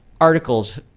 articles